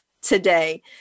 today